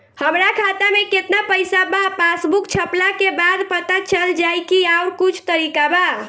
हमरा खाता में केतना पइसा बा पासबुक छपला के बाद पता चल जाई कि आउर कुछ तरिका बा?